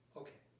okay